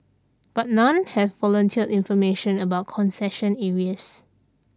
but none have volunteered information about concession areas